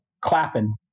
clapping